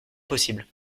possible